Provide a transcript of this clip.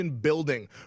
building